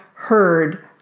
heard